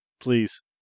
Please